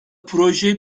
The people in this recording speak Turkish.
proje